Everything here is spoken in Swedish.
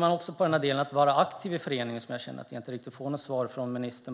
kan också kolla på den del som handlar om att vara aktiv i föreningen - där känner jag att jag inte riktigt får något svar från ministern.